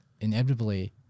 inevitably